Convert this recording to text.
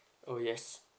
oh yes